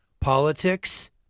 politics